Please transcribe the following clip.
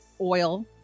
oil